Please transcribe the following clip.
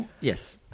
Yes